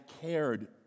cared